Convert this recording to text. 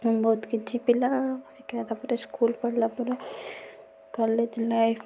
ବହୁତ କିଛି ପିଲା ପରୀକ୍ଷା ତା'ପରେ ସ୍କୁଲ ପଢ଼ିଲା ପରେ କଲେଜ ଲାଇଫ